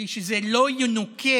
היא שזה לא ינוכה